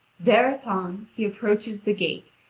thereupon, he approaches the gate,